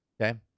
okay